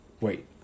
wait